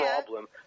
problem –